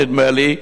הביטחון, נדמה לי.